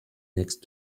next